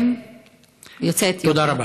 תודה רבה.